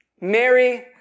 Mary